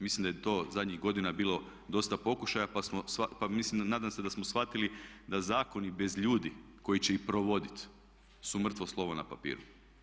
Mislim da je to zadnjih godina bilo dosta pokušaja pa mislim, nadam se da smo shvatili da zakoni bez ljudi koji će ih provoditi su mrtvo slovo na papiru.